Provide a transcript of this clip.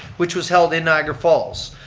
which was held in niagara falls.